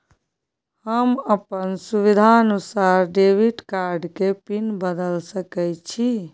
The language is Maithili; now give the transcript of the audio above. हम अपन सुविधानुसार डेबिट कार्ड के पिन बदल सके छि?